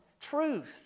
truth